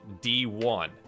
D1